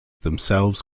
themselves